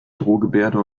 drohgebärde